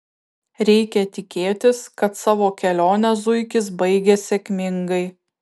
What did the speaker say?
reikia tikėtis kad savo kelionę zuikis baigė sėkmingai